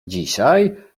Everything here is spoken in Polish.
dzisiaj